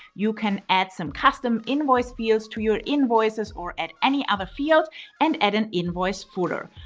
you can add some custom invoice fields to your invoices or add any other field and add an invoice footer.